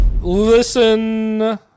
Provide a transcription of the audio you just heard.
Listen